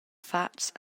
fatgs